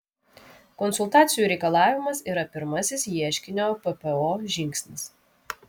konsultacijų reikalavimas yra pirmasis ieškinio ppo žingsnis